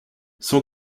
son